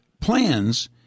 plans